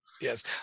yes